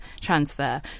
transfer